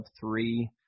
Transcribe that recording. three